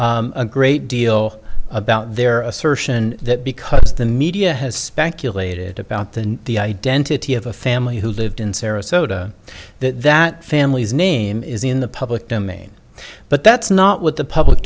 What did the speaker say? a great deal about their assertion that because the media has speculated about than the identity of a family who lived in sarasota that that family's name is in the public domain but that's not what the public